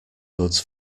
goods